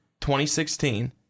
2016